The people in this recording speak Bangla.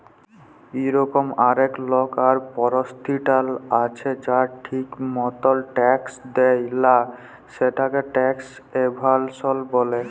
ইরকম অলেক লক আর পরতিষ্ঠাল আছে যারা ঠিক মতল ট্যাক্স দেয় লা, সেটকে ট্যাক্স এভাসল ব্যলে